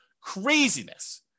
Craziness